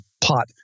pot